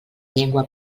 llengua